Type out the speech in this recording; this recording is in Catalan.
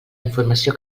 informació